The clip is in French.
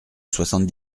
soixante